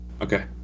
Okay